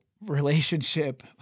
relationship